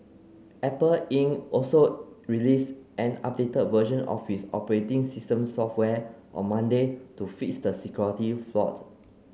Apple Inc also release an updated version of its operating system software on Monday to fix the security flawed